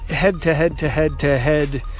head-to-head-to-head-to-head